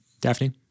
daphne